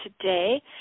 today